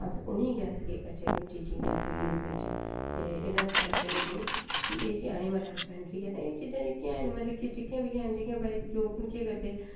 अस उ'नें ई गै अस केह् करचै कि अस उ'नें चीजें ई अस यूज़ करचै ते एह्दे आस्तै केह् होंदे कि एह् जेह्की ऐनिमल हसबैंडरी ऐ ते एह् चीजां जेह्कियां हैन जि'यां भई लोक केह् करदे